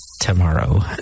tomorrow